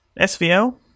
SVL